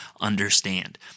understand